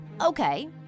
Okay